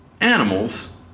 animals